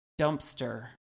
dumpster